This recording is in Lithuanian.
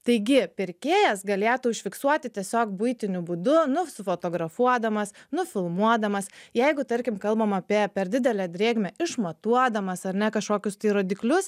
taigi pirkėjas galėtų užfiksuoti tiesiog buitiniu būdu nusifotografuodamas nufilmuodamas jeigu tarkim kalbama apie per didelę drėgmę išmatuodamas ar ne kažkokius tai rodiklius